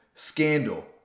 scandal